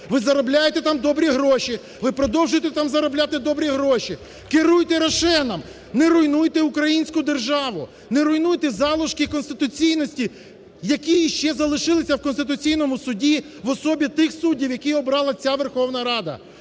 ви заробляєте там добрі гроші, ви продовжуєте там заробляти добрі гроші. Керуйте "Рошеном", не руйнуйте українську державу, не руйнуйте залишки конституційності, які ще залилися в Конституційному Суді в особі тих суддів, яких обрала ця Верховна Рада.